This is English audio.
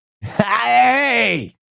Hey